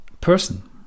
person